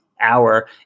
hour